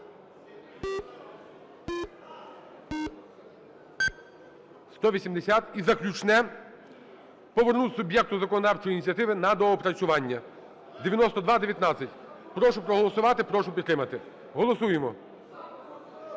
За-180 І заключне. Повернути суб'єкту законодавчої ініціативи на доопрацювання 9219. Прошу проголосувати, прошу підтримати. Голосуємо.